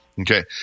Okay